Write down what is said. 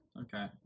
Okay